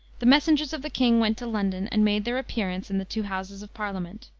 the messengers of the king went to london, and made their appearance in the two houses of parliament.